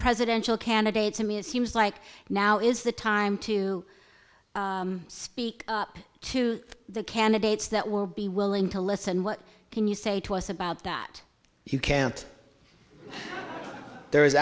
presidential candidates i mean it seems like now is the time to speak to the candidates that will be willing to listen what can you say to us about that you can't there